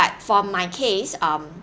for my case um